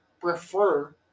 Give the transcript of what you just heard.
prefer